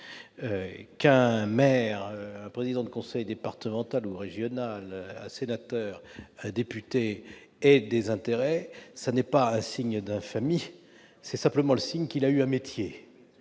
Qu'un maire, un président de conseil départemental ou régional, un sénateur ou un député ait des intérêts n'est pas une infamie : c'est simplement le signe qu'il a eu un métier